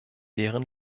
deren